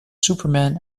superman